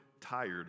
tired